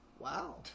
Wow